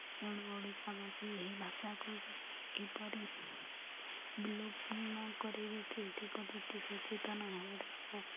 ତେଣୁ ଓଡ଼ିଶାବାସୀ ଏହି ଭାଷାକୁ କିପରି ବିଲୋପ ନ କରିବେ ସେଥିପ୍ରତି ସଚେତନ ହେବା ଦରକାର